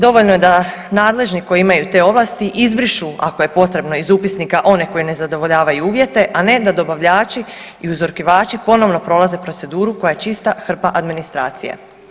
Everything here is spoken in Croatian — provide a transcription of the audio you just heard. Dovoljno je da nadležni koji imaju te ovlasti izbrišu ako je potrebno iz upisnika one koji ne zadovoljavaju uvjete, a ne da dobavljači i uzurkivači ponovno prolaze proceduru koja je čista hrpa administracije.